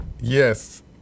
yes